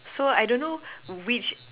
so I don't know which